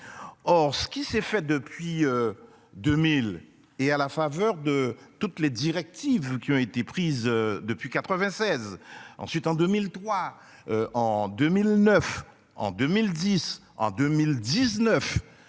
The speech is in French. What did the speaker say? Or ce qui s'est fait depuis. 2000 et, à la faveur de toutes les directives qui ont été prises depuis 96. Ensuite, en 2003. En 2009, en 2010, en 2019